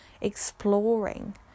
exploring